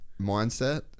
mindset